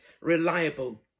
reliable